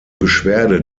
beschwerde